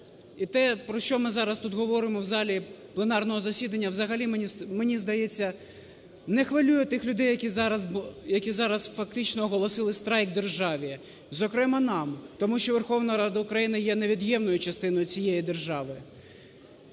І те, про що ми зараз тут говоримо в залі пленарного засідання, взагалі, мені здається, не хвилює тих людей, які зараз фактично оголосили страйк державі, зокрема, нам, тому що Верховна Рада України є невід'ємною частиною цієї держави.